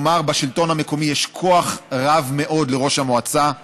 כלומר, בשלטון המקומי יש כוח רב מאוד לראש המועצה,